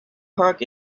park